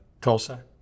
Tulsa